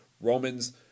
Romans